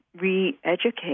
re-educate